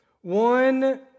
One